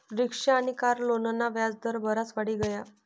rickshaw आनी car लोनना व्याज दर बराज वाढी गया